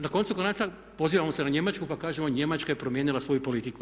Na koncu konaca pozivamo se na Njemačku pa kažemo Njemačka je promijenila svoju politiku.